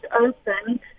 open